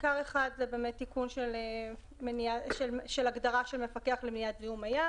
עיקר אחד זה באמת תיקון של הגדרה של מפקח למניעת זיהום הים,